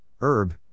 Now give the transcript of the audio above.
herb